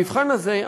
המבחן הזה,